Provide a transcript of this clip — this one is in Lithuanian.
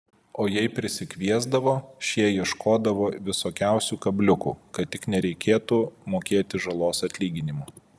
o jei prisikviesdavo šie ieškodavo visokiausių kabliukų kad tik nereikėtų mokėti žalos atlyginimo